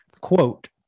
quote